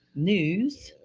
news.